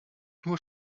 nur